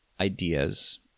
ideas